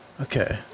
okay